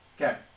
Okay